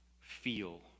feel